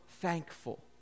thankful